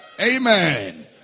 amen